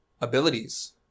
abilities